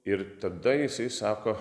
ir tada jisai sako